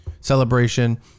celebration